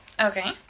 Okay